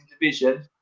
division